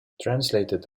translated